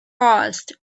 paused